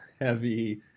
heavy